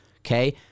okay